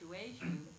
situation